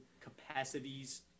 capacities